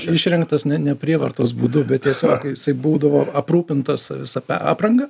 išrengtas ne ne prievartos būdu bet tiesiog jisai būdavo aprūpintas visa apranga